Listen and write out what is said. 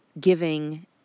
giving